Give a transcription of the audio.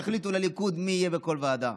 יחליטו לליכוד מי יהיה בכל ועדה.